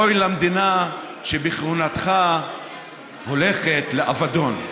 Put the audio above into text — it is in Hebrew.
אוי למדינה שבכהונתך הולכת לאבדון.